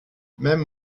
même